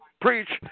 preach